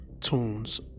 tunes